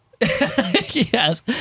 Yes